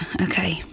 okay